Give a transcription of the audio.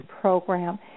Program